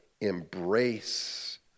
embrace